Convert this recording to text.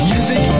Music